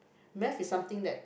math is something that